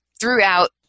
throughout